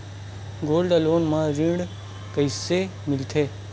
Gold loan म ऋण कइसे मिलथे?